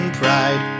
pride